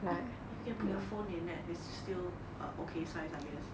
if if you can put your phone in that it's still a okay size I guess